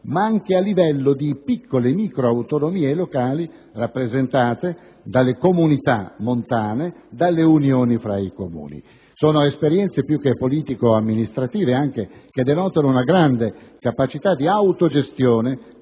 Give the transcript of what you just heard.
ma anche a livello di piccole microautonomie locali rappresentate dalle comunità montane e dalle unioni tra i Comuni. Si tratta di esperienze più che politico-amministrative, che denotano anche una grande capacità di autogestione